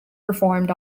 performed